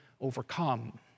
overcome